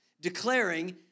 declaring